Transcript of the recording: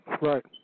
Right